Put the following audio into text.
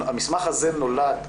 המסמך הזה נולד,